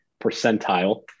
percentile